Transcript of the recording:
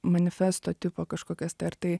manifesto tipo kažkokias tai ar tai